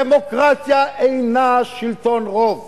דמוקרטיה אינה שלטון רוב.